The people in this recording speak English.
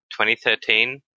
2013